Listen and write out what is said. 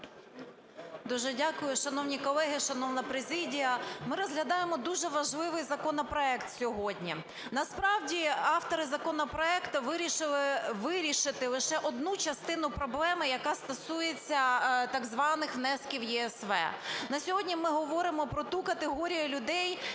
Дуже дякую. Шановні колеги, шановна президія! Ми розглядаємо дуже важливий законопроект сьогодні. Насправді автори законопроекту вирішили вирішити лише одну частину проблеми, яка стосується так званих внесків ЄСВ.